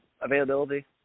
availability